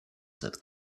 that